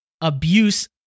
abuse